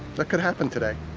that could happen today.